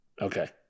Okay